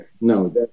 no